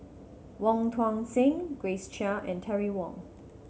Wong Tuang Seng Grace Chia and Terry Wong